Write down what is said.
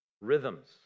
Rhythms